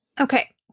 Okay